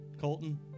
Colton